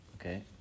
okay